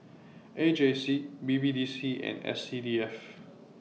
A J C B B D C and S C D F